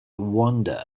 wonder